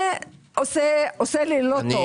בדבר הזה עושה לי לא טוב.